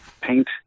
paint